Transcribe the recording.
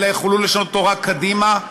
אלא יוכלו לשנות אותו רק קדימה.